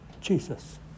Jesus